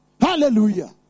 Hallelujah